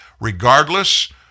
regardless